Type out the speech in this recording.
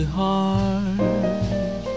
hard